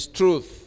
truth